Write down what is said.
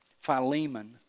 Philemon